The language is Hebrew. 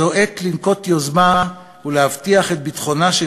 זו עת לנקוט יוזמה ולהבטיח את ביטחונה של